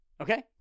okay